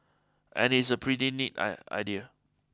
and it's a pretty neat I idea